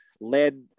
led